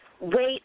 Wait